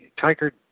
Tiger